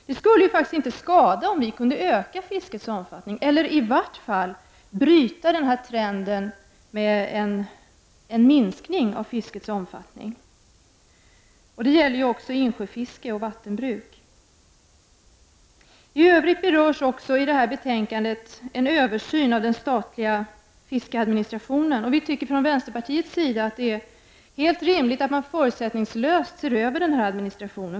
Det skulle faktiskt inte skada om vi kunde öka fiskets omfattning eller i vart fall bryta trenden att fisket minskar i omfattning. Och det gäller ju också insjöfiske och vattenbruk. I det här betänkandet berörs också frågan om en översyn av den statliga fiskeadministrationen, och vi tycker från vänsterpartiets sida att det är helt rimligt att förutsättningslöst se över denna.